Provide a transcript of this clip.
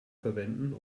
verwenden